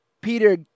Peter